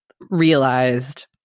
realized